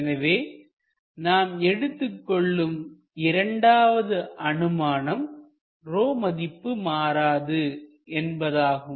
எனவே நாம் எடுத்துக்கொள்ளும் இரண்டாவது அனுமானம் ρ மதிப்பு மாறாது என்பதாகும்